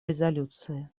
резолюции